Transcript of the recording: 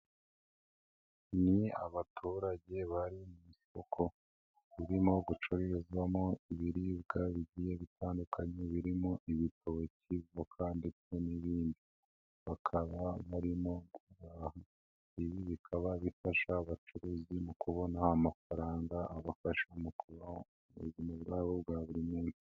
Ni abaturage bari mu isoko ririmo gucururizwamo ibiribwa bigiye bitandukanye birimo ibitoki, voka ndetse n'ibindi bakaba barimo kubihaha, ibi bikaba bifasha abacuruzi mu kubona amafaranga abafasha mu kubaho ubuzima bwabo bwa buri munsi.